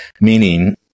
Meaning